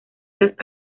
las